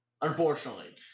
unfortunately